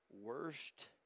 worst